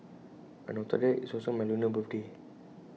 and on top of that IT is also my lunar birthday